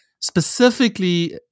specifically